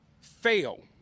fail